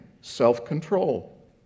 self-control